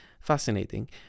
Fascinating